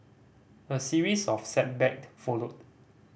a series of setback followed